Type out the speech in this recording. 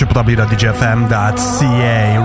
www.djfm.ca